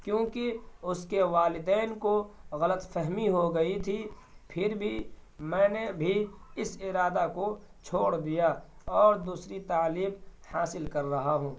کیوں کہ اس کے والدین کو غلط فہمی ہو گئی تھی پھر بھی میں نے بھی اس ارادہ کو چھوڑ دیا اور دوسری تعلیم حاصل کر رہا ہوں